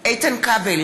איתן כבל,